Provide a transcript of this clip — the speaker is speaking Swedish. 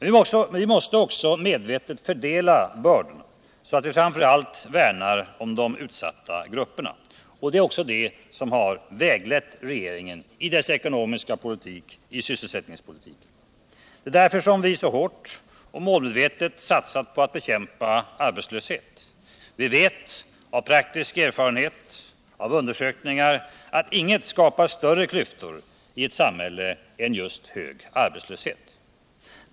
Men vi måste också medvetet fördela bördorna, så att vi framför allt värnar om de utsatta grupperna. Det är också detta som väglett regeringen i dess ekonomiska politik och i sysselsättningspolitiken. Det är därför som vi så hårt och målmedvetet har satsat på att bekämpa arbetslöshet. Vi vet av praktisk erfarenhet och av undersökningar att ingenting skapar större klyftor i ett samhälle än just hög arbetslöshet.